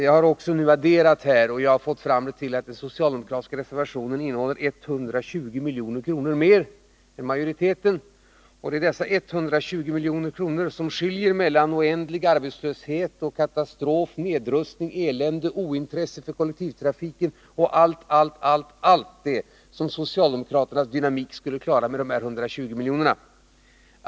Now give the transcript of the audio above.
Jag har adderat och kommit fram till att den socialdemokratiska reservationen omfattar ett anslag som är 120 milj.kr. större än det: majoriteten föreslår. Det är alltså dessa 120 milj.kr. som är skillnaden mellan oändlig arbetslöshet, katastrof, nedrustning, elände, ointresse för kollektivtrafiken m.m. och en dynamisk utveckling med en mängd åtgärder.